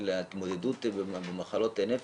של התמודדות עם מחלות נפש,